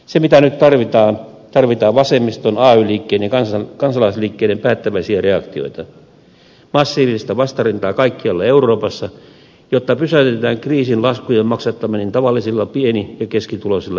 se mitä nyt tarvitaan on vasemmiston ay liikkeen ja kansalaisliikkeiden päättäväisiä reaktioita massiivista vastarintaa kaikkialla euroopassa jotta pysäytetään kriisin laskujen maksattaminen tavallisilla pieni ja keskituloisilla ihmisillä